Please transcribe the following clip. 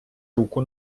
руку